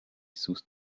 sus